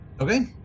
okay